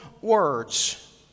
words